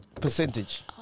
Percentage